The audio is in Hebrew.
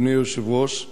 אדוני היושב-ראש,